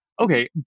okay